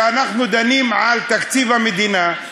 כשאנחנו דנים על תקציב המדינה,